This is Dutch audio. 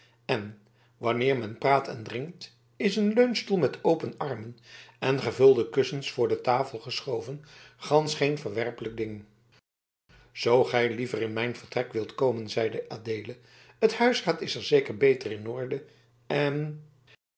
en wanneer men praat en drinkt is een leunstoel met open armen en gevulde kussens voor de tafel geschoven gansch geen verwerpelijk ding zoo gij liever in mijn vertrek wilt komen zeide adeelen het huisraad is er zeker beter in orde en